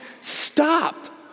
stop